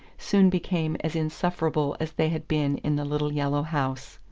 soon became as insufferable as they had been in the little yellow house.